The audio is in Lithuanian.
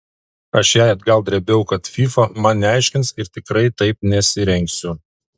aš jai atgal drėbiau kad fyfa man neaiškins ir tikrai taip nesirengsiu